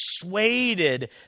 persuaded